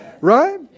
right